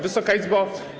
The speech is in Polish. Wysoka Izbo!